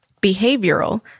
Behavioral